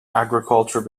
agriculture